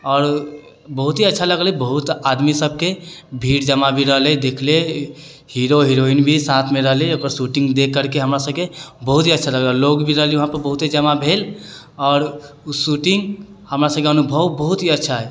आओर बहुत ही अच्छा लगलै बहुत आदमी सबके भीड़ जमा भी रहलै देखले हीरो होरोइन भी साथमे रहली ओकर शूटिङ्ग देखि करिके हमरा सबके बहुत ही अच्छा लगल लोग भी रहलै बहुते जमा भेल आओर ओ शूटिङ्ग हमरा सबके गाममे बहुत ही अच्छा हइ